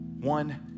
One